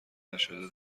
نشده